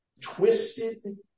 twisted